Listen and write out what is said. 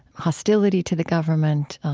hostility to the government,